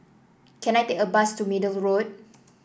can I take a bus to Middle Road